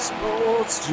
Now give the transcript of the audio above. Sports